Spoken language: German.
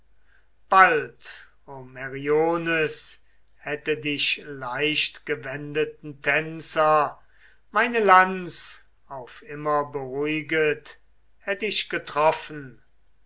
bald o meriones hätte dich leichtgewendeten tänzer meine lanz auf immer beruhiget hätt ich getroffen